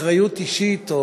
אחריות אישית,